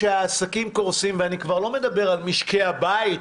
שהעסקים קורסים ואני כבר לא מדבר על משקי הבית,